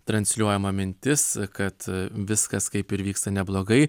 transliuojama mintis kad viskas kaip ir vyksta neblogai